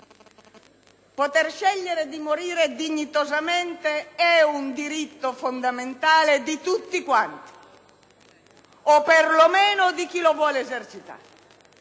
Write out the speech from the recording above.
Poter scegliere di morire dignitosamente è un diritto fondamentale di tutti, o per lo meno di chi lo vuole esercitare.